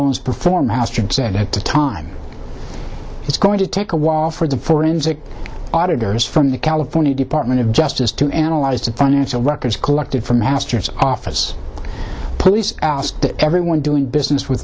loans perform astrid said at the time it's going to take a while for the forensic auditors from the california department of justice to analyze the financial records collected from masters office police everyone doing business with